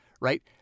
Right